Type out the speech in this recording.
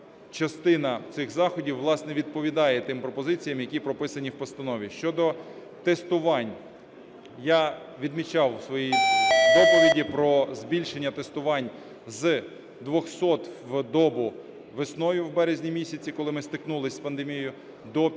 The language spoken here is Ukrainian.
частина цих заходів, власне, відповідає тим пропозиціям, які прописані в постанові. Щодо тестувань. Я відмічав у своїй доповіді про збільшення тестувань з 200 в добу весною, в березні місяці, коли ми стикнулись з пандемією, до більше